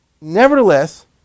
nevertheless